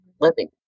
living